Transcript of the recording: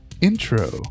Intro